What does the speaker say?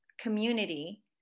community